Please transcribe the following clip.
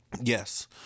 yes